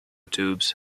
tubes